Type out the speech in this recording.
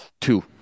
Two